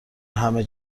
همه